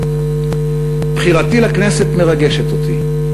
בחירתי לכנסת מרגשת אותי.